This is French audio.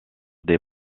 des